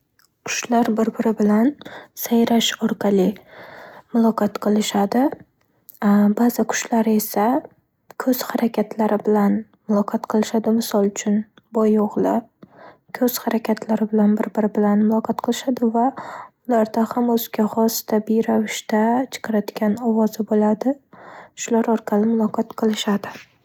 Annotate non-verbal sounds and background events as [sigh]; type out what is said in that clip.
Qushlar bir-biri bilan sayrash orqali muloqot qilishadi. [hesitation] Ba'zi qushlar esa ko'z harakatlari bilan muloqot qilishadi. Misol uchun, boyo'g'li ko'z harakatlari bilan bir-biri bilan muloqot qilishadi va ularda ham o'ziga xos tabiiy ravishda chiqaradigan ovozi bo'lishadi va shular orqali muloqot qilishadi.